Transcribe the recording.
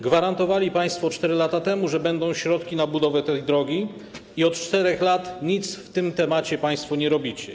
Gwarantowali państwo 4 lata temu, że będą środki na budowę tej drogi, i od 4 lat nic w tym temacie państwo nie robicie.